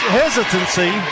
hesitancy